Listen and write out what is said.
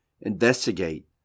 investigate